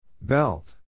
Belt